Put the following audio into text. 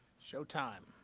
show time.